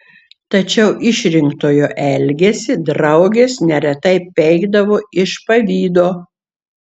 tačiau išrinktojo elgesį draugės neretai peikdavo iš pavydo